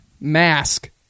mask